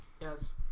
Yes